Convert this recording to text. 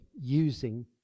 using